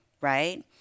right